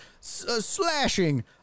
slashing